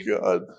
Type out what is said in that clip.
God